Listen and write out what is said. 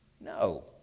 No